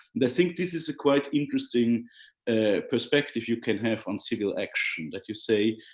and i think this is a quite interesting perspective you can have on civil action. that you say,